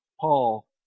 Paul